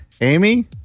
Amy